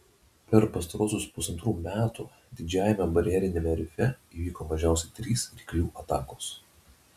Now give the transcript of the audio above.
per pastaruosius pusantrų metų didžiajame barjeriniame rife įvyko mažiausiai trys ryklių atakos